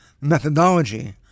methodology